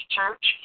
Church